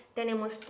tenemos